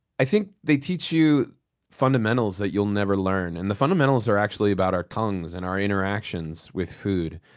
i think they teach you fundamentals that you'll never learn. and the fundamentals are actually about our tongues and our interactions with food.